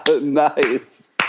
Nice